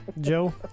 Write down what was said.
Joe